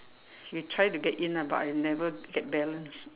he tried to get in ah but I've never get balanced